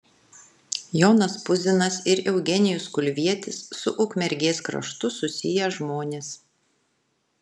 jonas puzinas ir eugenijus kulvietis su ukmergės kraštu susiję žmonės